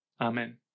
Amen